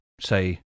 say